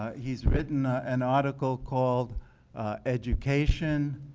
he's written an article called education,